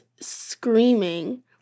screaming